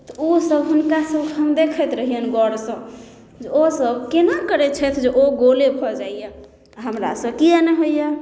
तऽ ओ सब हुनका सबके हम देखैत रहियनि गौरसँ जे ओ सब केना करै छथि जे ओ गोले भऽ जाइया हमरासँ किए नहि होइया